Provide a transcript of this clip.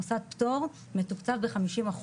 מוסד פטור מתוקצב ב-50%,